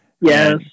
Yes